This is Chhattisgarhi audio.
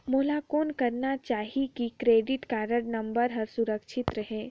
मोला कौन करना चाही की क्रेडिट कारड नम्बर हर सुरक्षित रहे?